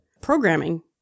programming